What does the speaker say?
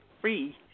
free